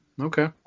Okay